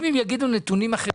אם הם יגידו נתונים אחרים,